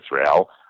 Israel